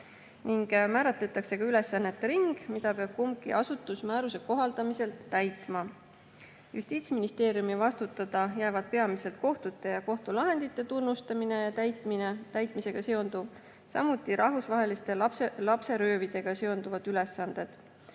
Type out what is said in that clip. ning määratletakse ka ülesannete ring, mida peab kumbki asutus määruse kohaldamisel täitma. Justiitsministeeriumi vastutada jäävad peamiselt kohtute ja kohtulahendite tunnustamise ja täitmisega seonduv, samuti rahvusvaheliste lapseröövidega seonduvad ülesanded.